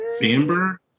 Bamber